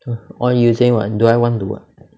what you say what do I want to what